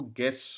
guess